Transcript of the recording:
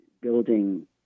building